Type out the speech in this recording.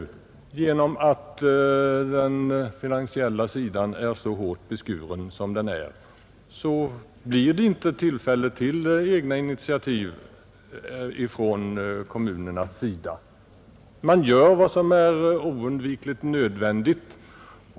På grund av att finansieringsmöjligheterna är så hårt beskurna som fallet är, blir det inget utrymme för egna initiativ från kommunernas sida. Man gör vad som är oundvikligen nödvändigt.